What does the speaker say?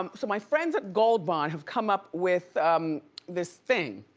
um so my friends at gold bond have come up with this thing.